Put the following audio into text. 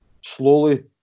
slowly